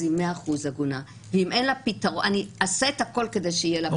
אז היא 100% עגונה ואני אעשה את הכול כדי שיהיה לה פתרון.